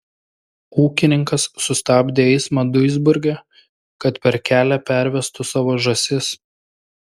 ūkininkas sustabdė eismą duisburge kad per kelia pervestų savo žąsis